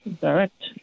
direct